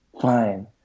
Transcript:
fine